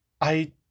I